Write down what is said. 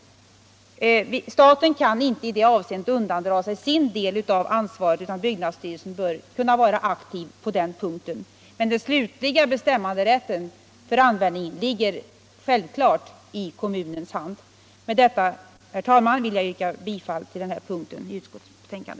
Staten kan inte i det avseendet undandra sig sin del av ansvaret utan byggnadsstyrelsen bör kunna vara aktiv på den punkten. Men den slutliga bestämmanderätten över användningen ligger självfallet i kommunens hand.